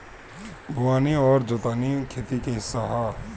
बोअनी आ जोतनी खेती के हिस्सा ह